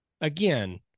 again